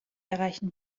erreichen